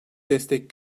destek